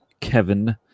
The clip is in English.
Kevin